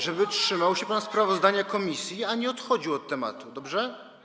Żeby trzymał się pan sprawozdania komisji, a nie odchodził od tematu, dobrze?